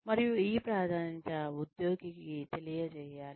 మరియు ఈ ప్రాధాన్యత ఉద్యోగికి తెలియజేయాలి